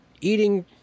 eating